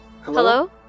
Hello